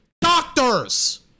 doctors